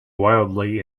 wildly